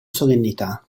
solennità